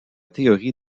théorie